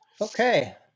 Okay